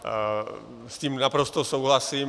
S tím naprosto souhlasím.